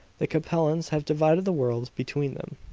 the capellans have divided the world between them,